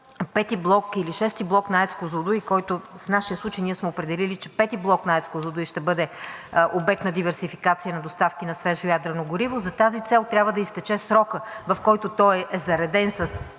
пети или шести блок на АЕЦ „Козлодуй“, който в нашия случай ние сме определили, че пети блок на АЕЦ „Козлодуй“ ще бъде обект на диверсификация на доставки на свежо ядрено гориво, за тази цел трябва да изтече срокът, в който той е зареден с